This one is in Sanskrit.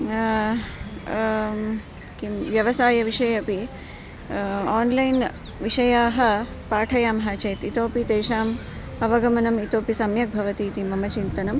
किं व्यवसायविषये अपि आन्लैन् विषयाः पाठयामः चेत् इतोपि तेषाम् अवगमनम् इतोपि सम्यक् भवति इति मम चिन्तनम्